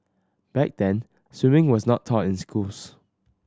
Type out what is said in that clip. back then swimming was not taught in schools